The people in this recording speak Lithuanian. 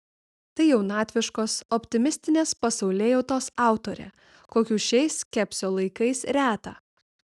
tai jaunatviškos optimistinės pasaulėjautos autorė kokių šiais skepsio laikais reta